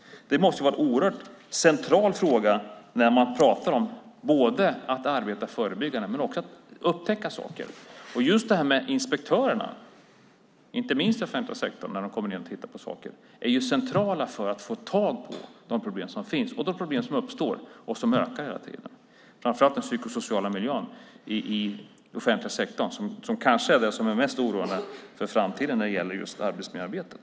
Det måste vara en oerhört central fråga när man pratar om att arbeta förebyggande och att upptäcka saker. Inspektörerna som kommer och tittar på olika saker, inte minst i den offentliga sektorn, är ju centrala för att upptäcka de problem som finns och som ökar hela tiden. Det gäller framför allt den psykosociala miljön i den offentliga sektorn, som kanske är det mest oroande för framtiden när det gäller arbetsmiljöarbetet.